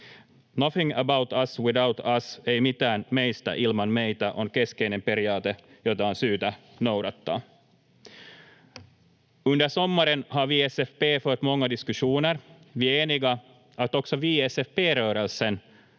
”Nothing about us without us” — ei mitään meistä ilman meitä — on keskeinen periaate, jota on syytä noudattaa. Under sommaren har vi i SFP fört många diskussioner. Vi är eniga att också vi i SFP-rörelsen